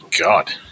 God